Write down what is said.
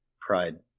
Pride